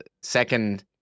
second